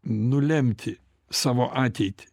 nulemti savo ateitį